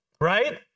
right